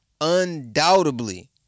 Undoubtedly